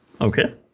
Okay